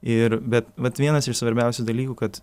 ir bet vat vienas iš svarbiausių dalykų kad